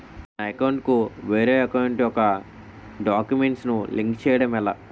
నా అకౌంట్ కు వేరే అకౌంట్ ఒక గడాక్యుమెంట్స్ ను లింక్ చేయడం ఎలా?